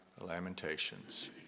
Lamentations